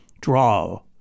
Draw